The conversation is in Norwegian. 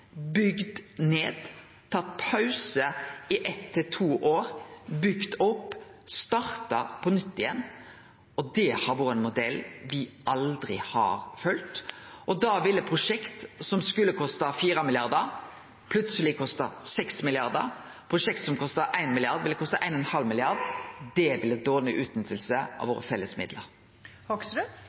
bygd ned, tatt pause i eitt til to år, bygd opp, starta på nytt igjen. Det har vore ein modell me aldri har følgt. Da ville prosjekt som skulle ha kosta 4 mrd. kr, plutseleg kosta 6 mrd. kr. Prosjekt som kosta 1 mrd. kr, ville ha kosta 1,5 mrd. kr. Det ville vore dårleg utnytting av våre